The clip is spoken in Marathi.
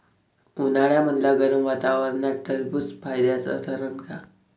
उन्हाळ्यामदल्या गरम वातावरनात टरबुज फायद्याचं ठरन का?